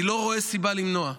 אני לא רואה סיבה למנוע.